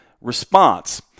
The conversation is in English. response